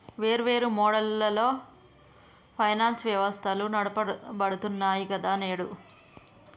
వేర్వేరు మోడళ్లలో ఫైనాన్స్ వ్యవస్థలు నడపబడుతున్నాయి గదా నేడు